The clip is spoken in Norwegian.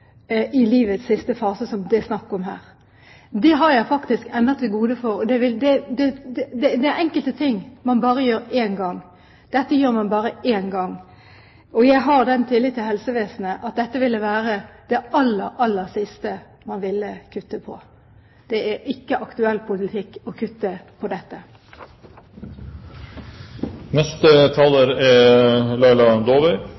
i livets siste fase, som det er snakk om her. Det har jeg faktisk ennå til gode. Det er enkelte ting man bare gjør én gang. Dette gjør man bare én gang. Jeg har den tillit til helsevesenet at dette ville være det aller, aller siste man ville kutte på. Det er ikke aktuell politikk å kutte på